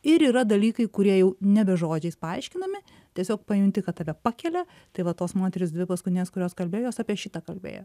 ir yra dalykai kurie jau nebe žodžiais paaiškinami tiesiog pajunti kad tave pakelia tai va tos moterys dvi paskutinės kurios kalbėjo jos apie šitą kalbėjo